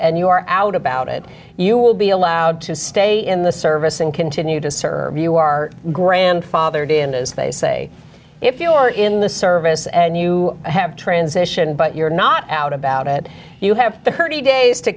and you are out about it you will be allowed to stay in the service and continue to serve you are grandfathered in as they say if you are in the service and you have transition but you're not out about it you have hurty days to